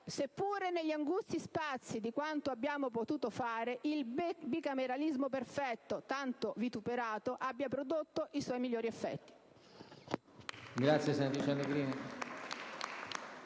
seppure negli angusti spazi di quanto abbiamo potuto fare, il bicameralismo perfetto tanto vituperato, abbia prodotto i suoi migliori effetti.